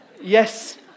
Yes